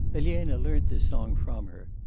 elena learnt this song from her.